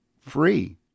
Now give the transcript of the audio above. free